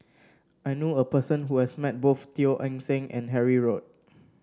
I knew a person who has met both Teo Eng Seng and Harry Ord